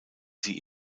sie